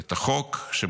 את החוק.